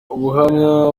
ubuhamya